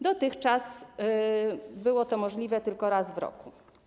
Dotychczas to było możliwe tylko raz w roku.